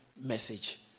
message